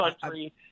country